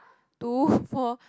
two four